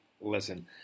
listen